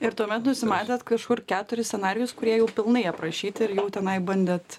ir tuomet nusimatėt kažkur keturis scenarijus kurie jau pilnai aprašyti ir jau tenai bandėt